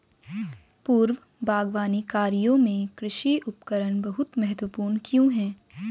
पूर्व बागवानी कार्यों में कृषि उपकरण बहुत महत्वपूर्ण क्यों है?